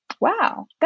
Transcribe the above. Wow